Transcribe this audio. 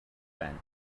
байна